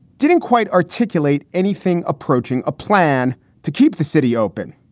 didn't quite articulate anything approaching a plan to keep the city open.